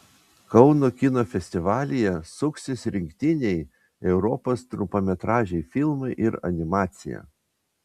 kauno kino festivalyje suksis rinktiniai europos trumpametražiai filmai ir animacija